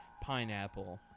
pineapple